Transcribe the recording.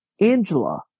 Angela